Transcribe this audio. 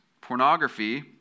Pornography